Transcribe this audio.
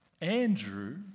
Andrew